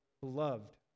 Beloved